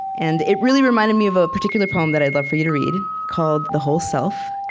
and it really reminded me of a particular poem that i'd love for you to read, called the whole self.